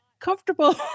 comfortable